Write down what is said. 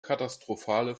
katastrophale